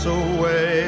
away